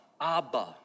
Abba